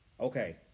okay